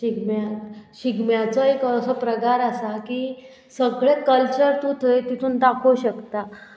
शिगम्याक शिगम्याचो एक असो प्रकार आसा की सगळें कल्चर तूं थंय तितून दाखोवं शकता